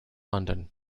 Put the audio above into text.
london